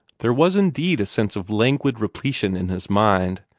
there was indeed a sense of languid repletion in his mind,